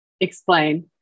Explain